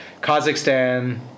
Kazakhstan